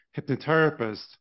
hypnotherapist